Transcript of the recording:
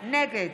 נגד